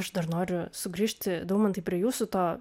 aš dar noriu sugrįžti daumantai prie jūsų to